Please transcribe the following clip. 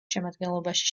შემადგენლობაში